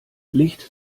licht